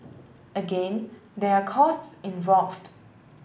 again there are costs involved